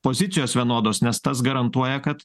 pozicijos vienodos nes tas garantuoja kad